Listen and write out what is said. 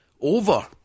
over